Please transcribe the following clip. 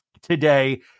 today